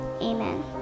amen